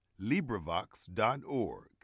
LibriVox.org